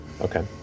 Okay